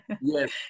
yes